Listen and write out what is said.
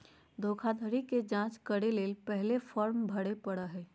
धोखाधड़ी के जांच करय ले पहले फॉर्म भरे परय हइ